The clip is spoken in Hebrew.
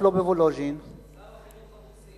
לא בוולוז'ין, שר החינוך הרוסי.